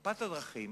מפת הדרכים